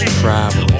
travel